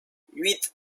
huit